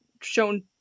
shown